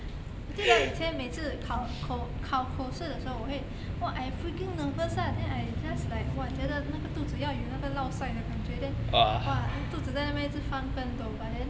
我记得以前每次考口考口试的时候我会 !wah! I freaking nervous lah then I just like !wah! 觉得那个肚子要有那个 lao sai 的感觉 then !wah! 肚子在那边一直翻跟斗 but then